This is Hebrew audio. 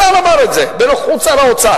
השר אמר את זה בנוכחות שר האוצר,